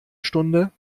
stunde